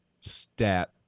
stat